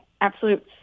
absolute